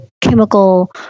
chemical